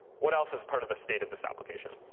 what else is part of the state of this application?